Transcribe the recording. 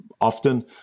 often